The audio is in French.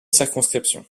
circonscription